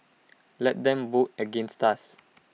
let them vote against us